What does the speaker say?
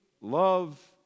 love